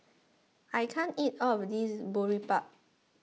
I can't eat all of this Boribap